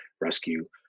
rescue